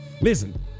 listen